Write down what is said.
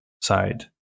side